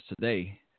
today